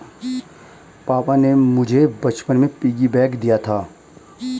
पापा ने मुझे बचपन में पिग्गी बैंक दिया था